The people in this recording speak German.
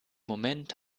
moment